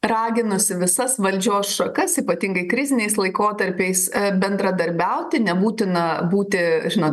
raginusi visas valdžios šakas ypatingai kriziniais laikotarpiais bendradarbiauti nebūtina būti žino